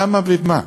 למה ומה?